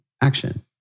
action